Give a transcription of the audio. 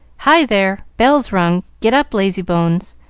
hi there! bell's rung! get up, lazy-bones!